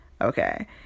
Okay